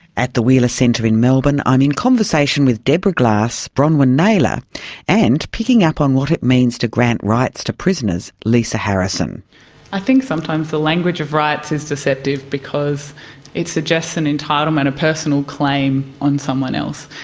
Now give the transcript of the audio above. at the wheeler centre in melbourne, i'm in conversation with deborah glass, bronwyn naylor and, picking up on what it means to grant rights to prisoners, lisa harrison lisa harrison i think sometimes the language of rights is deceptive because it suggests an entitlement, a personal claim on someone else.